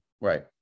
Right